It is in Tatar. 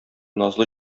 назлы